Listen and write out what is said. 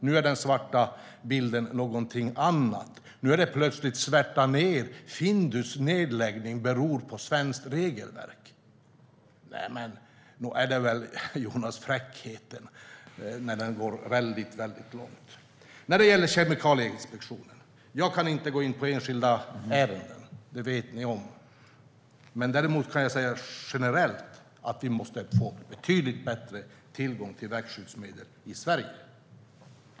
Nu är den svarta bilden någonting annat; nu svärtar man ned genom att säga att Findus nedläggning beror på svenskt regelverk. Nog är det väl en fräckhet som går väldigt långt, Jonas. När det gäller Kemikalieinspektionen kan jag inte gå in på enskilda ärenden. Det vet ni om. Däremot kan jag säga generellt att vi måste få betydligt bättre tillgång till växtskyddsmedel i Sverige.